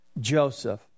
Joseph